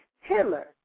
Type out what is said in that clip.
Hitler